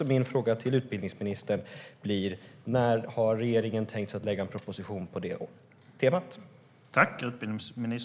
Min fråga till utbildningsministern blir: När har regeringen tänkt sig att lägga fram en proposition på det temat?